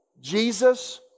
Jesus